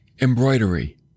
embroidery